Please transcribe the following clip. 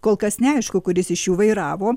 kol kas neaišku kuris iš jų vairavo